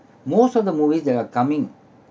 most of the movies that are coming